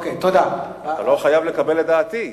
אתה לא חייב לקבל את דעתי,